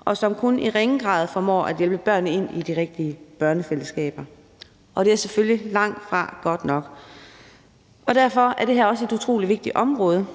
og som kun i ringe grad formår at hjælpe børnene ind i de rigtige børnefællesskaber. Det er selvfølgelig langtfra godt nok, og derfor er det her også et utrolig vigtigt område